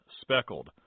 speckled